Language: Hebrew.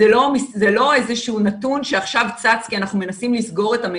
זה לא איזה שהוא נתון שעכשיו צץ כי אנחנו מנסים לסגור את המשק.